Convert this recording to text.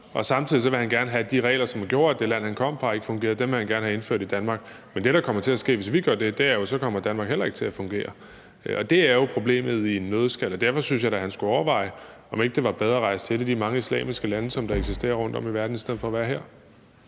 og samtidig vil han gerne have, at de regler, som gjorde, at det land, han kom fra, ikke fungerer, vil han gerne have indført i Danmark, men det, der kommer til at ske, hvis vi gør det, er jo, at så kommer Danmark heller ikke til at fungere. Det er jo problemet i en nøddeskal, og derfor synes jeg da, at han skulle overveje, om det ikke var bedre at rejse til et af de mange islamiske lande, som der eksisterer rundt om i verden, i stedet for at være her.